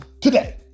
today